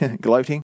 gloating